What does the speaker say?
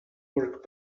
work